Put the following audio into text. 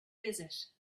visit